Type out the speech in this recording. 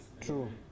True